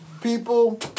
people